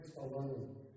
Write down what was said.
alone